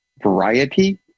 variety